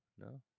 no